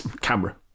Camera